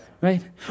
right